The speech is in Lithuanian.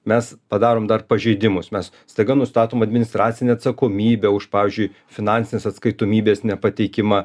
mes padarom dar pažeidimus mes staiga nustatom administracinę atsakomybę už pavyzdžiui finansinės atskaitomybės nepateikimą